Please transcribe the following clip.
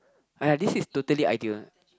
I have this is totally ideal